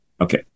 okay